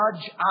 judge